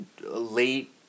late